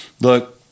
look